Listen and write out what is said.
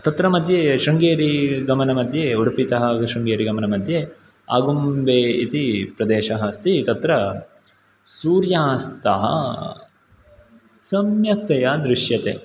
तत्र मध्ये शृङ्गेरिगमनमध्ये उडुपितः शृङ्गेरिगमनमध्ये आगुम्बे इति प्रदेशः अस्ति तत्र सूर्यास्तः सम्यक्तया दृश्यते